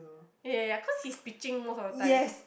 ya ya ya cause he's pitching most of the time